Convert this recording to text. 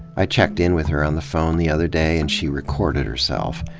i checked in with her on the phone the other day and she recorded herself.